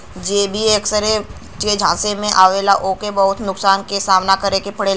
जे भी ऐकरे झांसे में आवला ओके बहुत नुकसान क सामना करे के पड़ेला